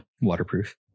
waterproof